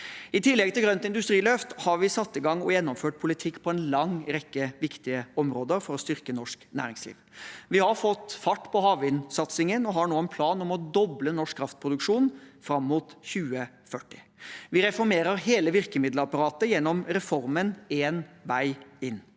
I tillegg til grønt industriløft har vi satt i gang og gjennomført politikk på en lang rekke viktige områder for å styrke norsk næringsliv. Vi har fått fart på havvindsatsingen og har nå en plan om å doble norsk kraftproduksjon fram mot 2040. Vi reformerer hele virkemiddelapparatet gjennom reformen Én vei inn.